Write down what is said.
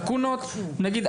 לקונות ונגיד,